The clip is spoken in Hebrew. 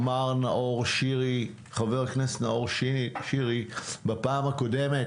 אמר נאור שירי, חבר הכנסת, בפעם הקודמת,